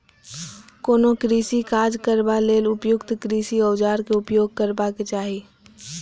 कोनो कृषि काज करबा लेल उपयुक्त कृषि औजारक उपयोग करबाक चाही